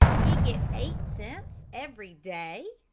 ye get eight cents every day?